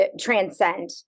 transcend